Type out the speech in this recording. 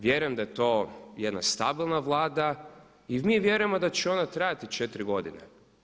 Vjerujem da je to jedna stabilna Vlada i mi vjerujemo da će ona trajati 4 godine.